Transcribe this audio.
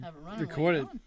recorded